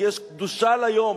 כי יש קדושה ליום,